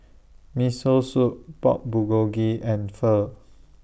Miso Soup Pork Bulgogi and Pho